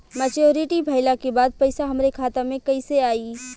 Maturity भईला के बाद पईसा हमरे खाता में कइसे आई?